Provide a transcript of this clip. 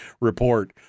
report